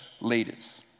leaders